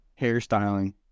hairstyling